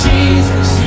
Jesus